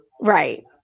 right